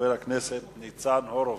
חבר הכנסת ניצן הורוביץ.